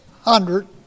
hundred